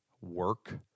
work